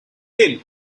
ill